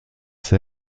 sur